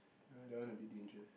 uh that one a bit dangerous